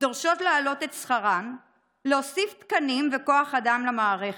דורשות להעלות את שכרן ולהוסיף תקנים וכוח אדם למערכת.